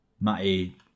Matty